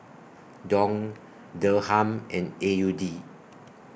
Dong Dirham and A U D